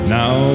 now